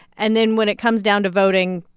and then when it comes down to voting,